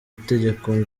itegeko